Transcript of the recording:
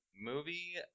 movie